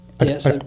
Yes